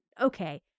okay